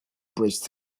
bridge